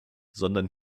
sondern